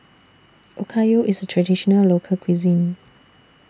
Okayu IS Traditional Local Cuisine